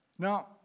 Now